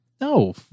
No